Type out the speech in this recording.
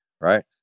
right